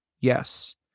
Yes